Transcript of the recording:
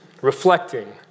reflecting